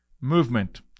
movement